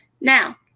Now